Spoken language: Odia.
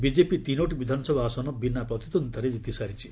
ବିଜେପି ତିନୋଟି ବିଧାନସଭା ଆସନ ବିନା ପ୍ରତିଦ୍ୱନ୍ଦୀତାରେ ଜିତିସାରିଛି